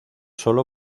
solo